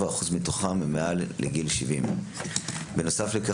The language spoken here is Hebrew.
7% מתוכם הם מעל לגיל 70. בנוסף לכך,